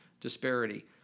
disparity